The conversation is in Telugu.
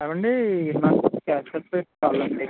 ఏమండి నాకు ఒక క్యాస్ట్ సర్టిఫికేట్ కావాలండి